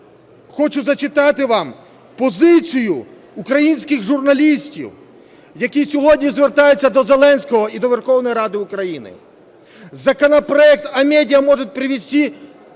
хочу зачитати вам позицію українських журналістів, які сьогодні звертаються до Зеленського і до Верховної Ради України: "Законопроект о медиа может привести